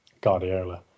Guardiola